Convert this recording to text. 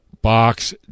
box